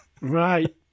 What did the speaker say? Right